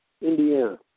Indiana